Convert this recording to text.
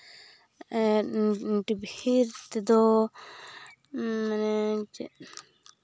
TV ᱛᱮᱫᱚ ᱢᱟᱱᱮ ᱪᱮᱫ